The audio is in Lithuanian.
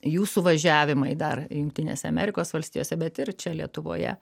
jų suvažiavimai dar jungtinėse amerikos valstijose bet ir čia lietuvoje